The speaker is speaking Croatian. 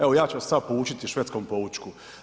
Evo ja ću vas sad poučiti švedskom poučku.